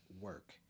work